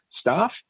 staff